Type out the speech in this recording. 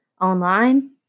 online